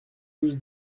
douze